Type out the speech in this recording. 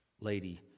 lady